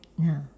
ya